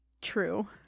True